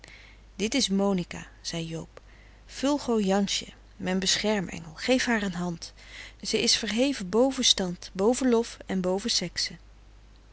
dit is monica zei joob vulgo jansje mijn bescherm engel geef haar een hand ze is verheven bove stand bove lof en bove sexe